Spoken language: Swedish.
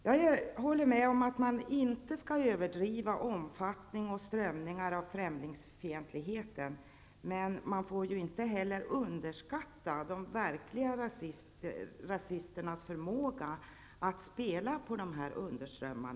Jag håller med om att man inte skall överdriva omfattning och strömningar av främlingsfientlighet, men man får inte heller underskatta de verkliga rasisternas förmåga att rida på dessa underströmmar.